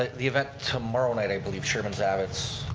ah the event tomorrow night, i believe, sherman zavitz,